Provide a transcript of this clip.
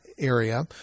area